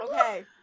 Okay